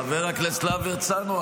חבר הכנסת להב הרצנו,